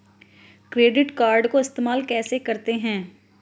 Credit card को इस्तेमाल कैसे करते हैं?